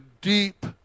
deep